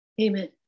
Amen